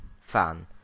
fan